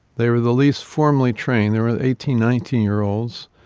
they were the least formally trained, they were eighteen, nineteen year olds,